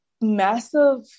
massive